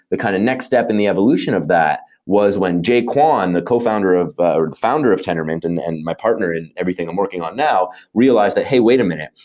the kind of next step in the evolution of that, was when jae kwon, the so founder of founder of tendermint and and my partner in everything i'm working on now, realized that, hey, wait a minute,